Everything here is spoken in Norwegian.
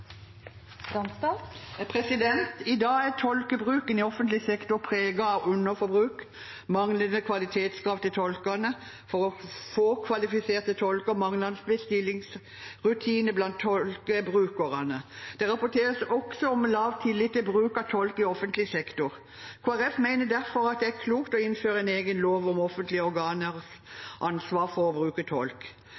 tolkebruken i offentlig sektor preget av underforbruk, manglende kvalitetskrav til tolkene, for få kvalifiserte tolker og manglende bestillingsrutiner blant tolkebrukere. Det rapporteres også om lav tillit til bruk av tolk i offentlig sektor. Kristelig Folkeparti mener derfor at det er klokt å innføre en egen lov om offentlige organers